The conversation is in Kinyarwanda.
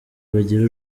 bagira